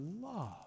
love